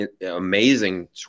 amazing